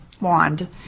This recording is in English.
wand